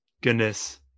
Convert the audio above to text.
Goodness